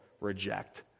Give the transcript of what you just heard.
reject